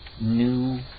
new